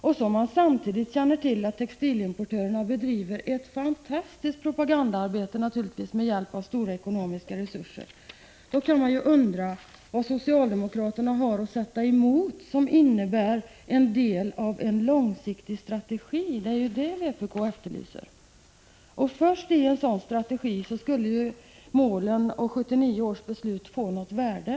När vi samtidigt känner till att textilimportörerna, med stora ekonomiska resurser, bedriver ett fantastiskt propagandaarbete, då kan man undra vad socialdemokraterna har att sätta emot som kan vara en del av en långsiktig strategi. Det är ju en sådan vpk efterlyser. Först då skulle målen och 1979 års beslut få något värde.